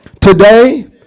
today